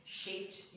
shaped